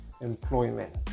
employment